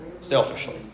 selfishly